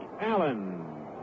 Allen